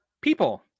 people